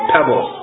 Pebble